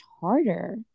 harder